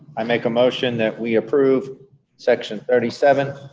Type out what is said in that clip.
i make a motion that we approve section thirty seven,